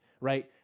right